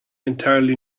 entirely